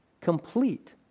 complete